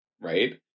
Right